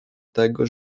tego